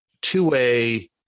two-way